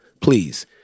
please